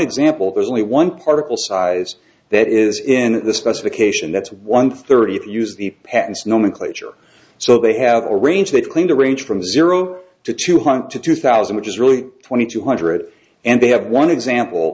example there's only one particle size that is in the specification that's one thirty use the patents nomenclature so they have a range they claim to range from zero to two hundred to two thousand which is really twenty two hundred and they have one example